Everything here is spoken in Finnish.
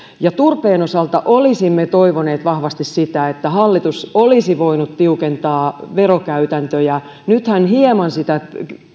turpeen osalta olisimme toivoneet vahvasti sitä että hallitus olisi voinut tiukentaa verokäytäntöjä nythän hieman sitä